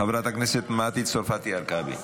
חברת הכנסת מטי צרפתי הרכבי.